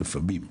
לפעמים.